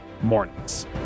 Mornings